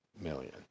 million